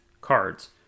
Cards